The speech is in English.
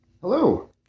Hello